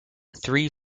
three